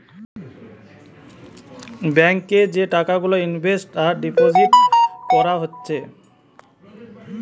bank এ যে টাকা গুলা ইনভেস্ট আর ডিপোজিট কোরা হচ্ছে